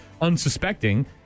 unsuspecting